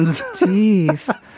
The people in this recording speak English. Jeez